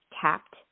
tapped